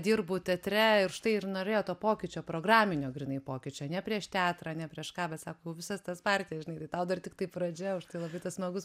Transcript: dirbu teatre ir štai ir norėjo to pokyčio programinio grynai pokyčio ne prieš teatrą ne prieš ką bet sako jau visas tas partijas žinai tai tau dar tiktai pradžia užtai labai tas smagus